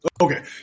Okay